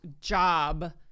job